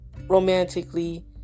romantically